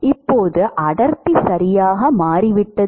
இப்போது அடர்த்தி சரியாக மாறிவிட்டது